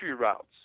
routes